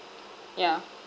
yeah